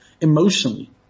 emotionally